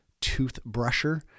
toothbrusher